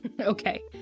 Okay